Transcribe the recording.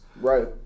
Right